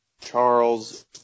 Charles